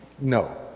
No